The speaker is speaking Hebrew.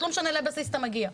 לא משנה לאיזה בסיס אתה מגיע.